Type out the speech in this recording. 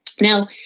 Now